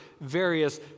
various